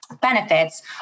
benefits